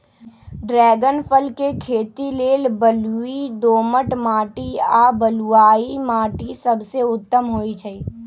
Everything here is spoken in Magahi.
ड्रैगन फल के खेती लेल बलुई दोमट माटी आ बलुआइ माटि सबसे उत्तम होइ छइ